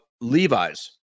Levi's